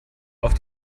auf